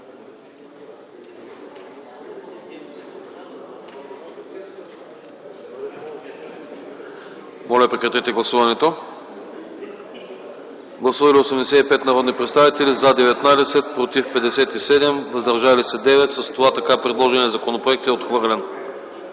Бисеров на 14.09.2010 г. Гласували 85 народни представители: за 19, против 57, въздържали се 9. С това така предложеният законопроект е отхвърлен.